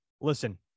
listen